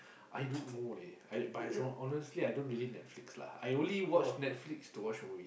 I don't know leh I but I don't honestly I don't really Netflix lah I only watch Netflix to watch movie